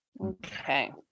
Okay